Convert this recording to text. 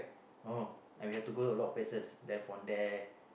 oh I have to go a lot of places then from there